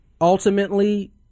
Ultimately